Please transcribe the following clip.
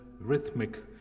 rhythmic